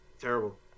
Terrible